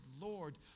Lord